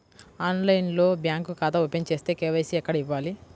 ఆన్లైన్లో బ్యాంకు ఖాతా ఓపెన్ చేస్తే, కే.వై.సి ఎక్కడ ఇవ్వాలి?